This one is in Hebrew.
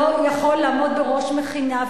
לא יכול לעמוד בראש מכינה.